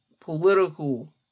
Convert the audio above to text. political